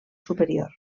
superior